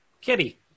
kitty